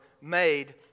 made